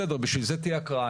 בסדר, בשביל זה תהיה הקראה.